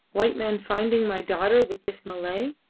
white men finding my daughter with this malay.